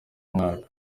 mwaka